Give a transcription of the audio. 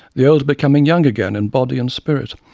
the old becoming young again in body and spirit,